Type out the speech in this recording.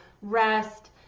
rest